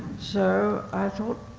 so i thought,